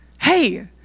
Hey